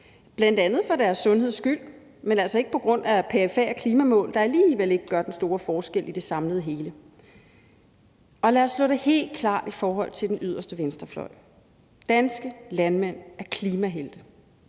dag, bl.a. for deres sundheds skyld, men altså ikke på grund af perifere klimamål, der alligevel ikke gør den store forskel i det samlede hele. Lad os slå det helt klart fast i forhold til den yderste venstrefløj: Danske landmænd er klimahelte.